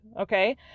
okay